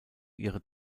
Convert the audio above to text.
ihre